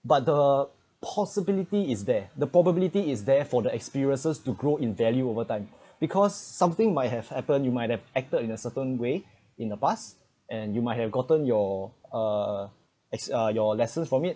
but the possibility is there the probability is there for the experiences to grow in value overtime because something might have happened you might have acted in a certain way in the past and you might have gotten your uh it's uh your lessons from it